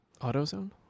AutoZone